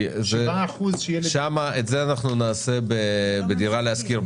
את זה אנחנו נעשה בדירה להשכיר,